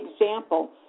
example